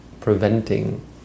preventing